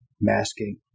masking